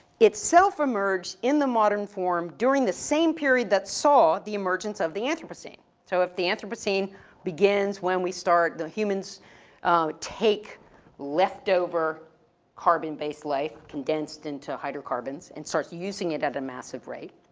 it self emerged in the modern form during the same period that saw the emergence of the anthropocene. so if the anthropocene begins when we start the humans take leftover carbon-based life condensed into hydrocarbons and start using it at a massive rate,